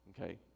Okay